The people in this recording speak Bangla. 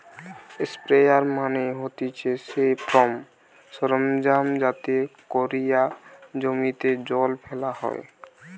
স্প্রেয়ার মানে হতিছে সেই ফার্ম সরঞ্জাম যাতে কোরিয়া জমিতে জল ফেলা হয়